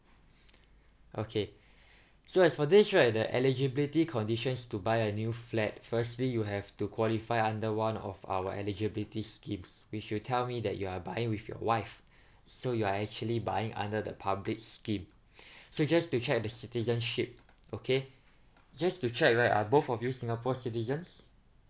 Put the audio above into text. okay so as for this right the eligibility conditions to buy a new flat firstly you have to qualify under one of our eligibility schemes which you tell me that you are buying with your wife so you are actually buying under the public scheme so just to check the citizenship okay just to check right are both of you singapore citizens